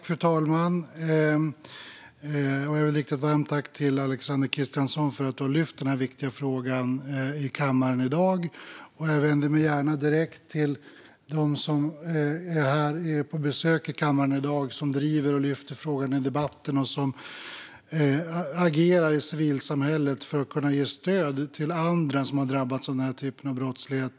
Fru talman! Jag vill rikta ett varmt tack till Alexander Christiansson för att ha lyft den här viktiga frågan i kammaren. Jag vänder mig gärna direkt till dem som är här på besök i kammaren i dag, som driver och lyfter frågan i debatten och som agerar i civilsamhället för att kunna ge stöd till andra som har drabbats av den här typen av brottslighet.